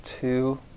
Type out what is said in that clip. two